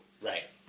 Right